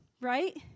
right